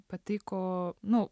patiko nu